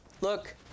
look